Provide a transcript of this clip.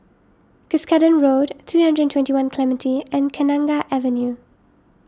Cuscaden Road three hundred and twenty one Clementi and Kenanga Avenue